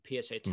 PSA